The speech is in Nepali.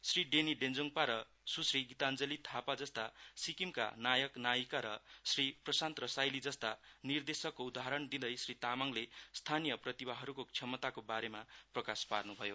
श्री डेनी डेश्वोङपा र सुश्री गीताञ्जली थापा जस्ता सिक्किमका नायीका र श्री प्रसान्त रसाइली जस्ता निर्देशकको उदाहरण दिँदै श्री तामाङले स्थानीय प्रतिभाहरुको क्षमताको बारेमा प्रकाश पार्नुभयो